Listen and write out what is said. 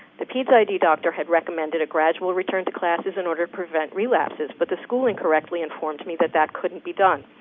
the doctor had recommended a gradual return to classes in order to prevent relapses, but the school incorrectly informed me that that couldn't be done.